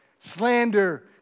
Slander